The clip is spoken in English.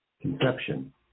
conception